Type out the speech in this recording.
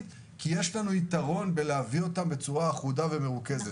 כי יש יתרון להביא אותם בצורה אחודה ומרוכזת.